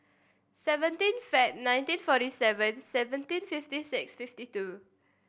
seventeen Feb nineteen forty seven seventeen fifty six fifty two